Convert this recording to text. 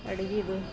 ಅಡುಗೇದು